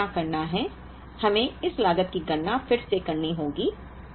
अब हमें क्या करना है हमें इस लागत की गणना फिर से करनी होगी